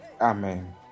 Amen